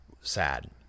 sad